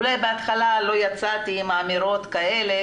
אולי בהתחלה לא יצאתי עם אמירות כאלה,